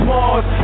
Mars